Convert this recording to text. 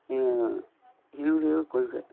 என்னுடைய கொள்கை